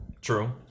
True